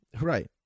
Right